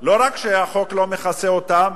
שבהן לא רק שהחוק לא מכסה אותם,